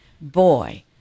Boy